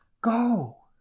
Go